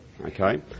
okay